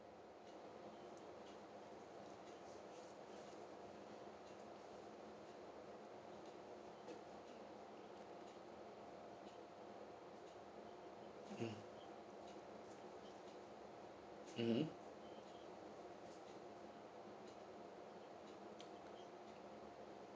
mmhmm